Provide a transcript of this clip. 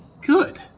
Good